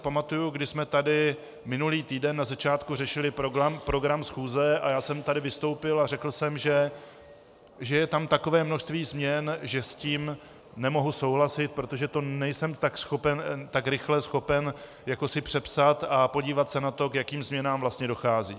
Pamatuji si, když jsme tady minulý týden na začátku řešili program schůze a já jsem tady vystoupil a řekl jsem, že je tam takové množství změn, že s tím nemohu souhlasit, protože to nejsem schopen tak rychle si přepsat a podívat se na to, k jakým změnám vlastně dochází.